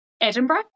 Edinburgh